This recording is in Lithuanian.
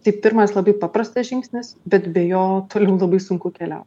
tai pirmas labai paprastas žingsnis bet be jo toliau labai sunku keliaut